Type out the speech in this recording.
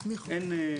בית מגורים זה תמיד הכי